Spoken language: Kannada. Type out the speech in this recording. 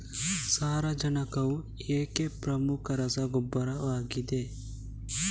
ಸಾರಜನಕವು ಏಕೆ ಪ್ರಮುಖ ರಸಗೊಬ್ಬರವಾಗಿದೆ?